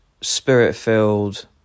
Spirit-filled